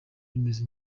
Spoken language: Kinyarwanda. bimeze